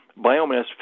biomass